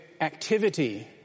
activity